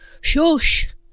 Shush